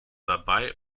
dabei